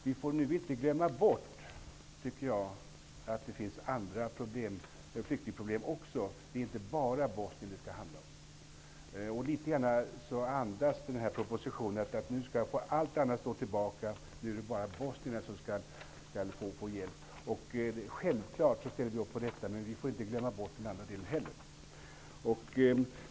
Vi får inte glömma bort att det också finns andra flyktingproblem. Det handlar inte bara om Bosnien. Den här propositionen andas litet grand av att allt annat nu skall stå tillbaka och att det bara är bosnierna som skall få hjälp. Vi ställer självfallet upp på detta, men man får inte heller glömma bort den andra delen.